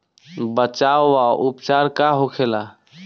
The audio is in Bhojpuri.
बचाव व उपचार का होखेला?